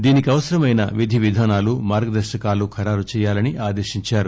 దీనికి అవసరమైన విధి విధానాలు మార్గదర్శకాలు ఖరారు చేయాలని ఆదేశించారు